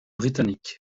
britannique